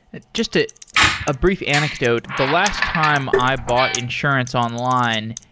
just a ah brief anecdote. the last time i bought insurance online,